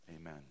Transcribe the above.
amen